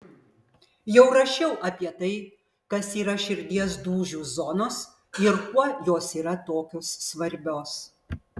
jau rašiau apie tai kas yra širdies dūžių zonos ir kuo jos yra tokios svarbios